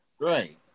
Right